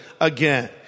again